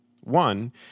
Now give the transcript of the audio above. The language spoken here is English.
One